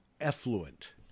effluent